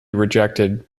rejected